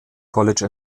college